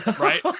Right